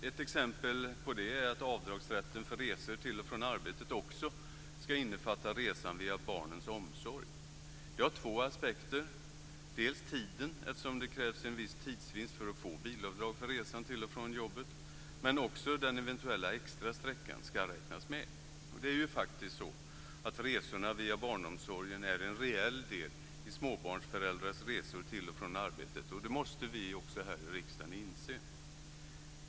Ett exempel är att avdragsrätten för resor till och från arbetet också ska innefatta resan via barnens barnomsorg. Det har två aspekter - dels tiden, eftersom det krävs en viss tidsvinst för att få bilavdrag för resan till och från jobbet, dels att den eventuella extra sträckan ska räknas med. Resorna via barnomsorgen är faktiskt en rejäl del i småbarnsföräldrars resor till och från arbetet, och det måste vi också här i riksdagen inse.